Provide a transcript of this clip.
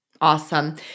Awesome